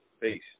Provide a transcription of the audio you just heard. Peace